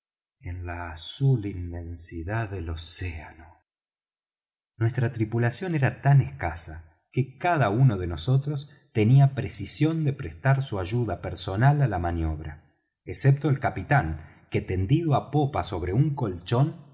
en la azul inmensidad del océano nuestra tripulación era tan escasa que cada uno de nosotros tenía precisión de prestar su ayuda personal á la maniobra excepto el capitán que tendido á popa sobre un colchón